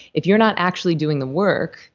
if you're not actually doing the work,